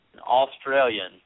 Australian